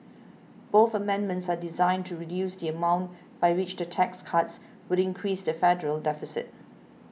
both amendments are designed to reduce the amount by which the tax cuts would increase the federal deficit